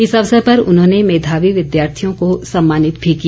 इस अवसर पर उन्होंने मेधावी विद्यार्थियों को सम्मानित भी किया